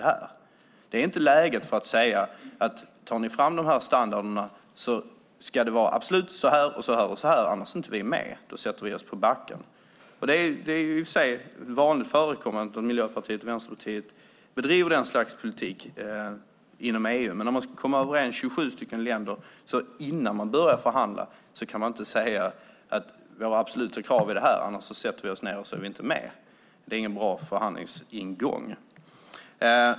Det är inte läge att säga: Tar ni fram de här standarderna ska det absolut vara så här och så här, annars är vi inte med. Då sätter vi oss på backen. Det är i och för sig vanligt förekommande att Miljöpartiet och Vänsterpartiet bedriver den typen av politik inom EU. Men om 27 länder ska komma överens kan man inte innan man börjar förhandla säga: Våra absoluta krav är de här. Om vi inte får igenom dem sätter vi oss ned och är inte med. Det är ingen bra förhandlingsingång.